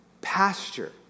pasture